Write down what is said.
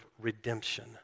redemption